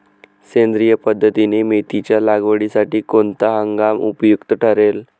सेंद्रिय पद्धतीने मेथीच्या लागवडीसाठी कोणता हंगाम उपयुक्त ठरेल?